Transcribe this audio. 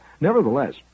nevertheless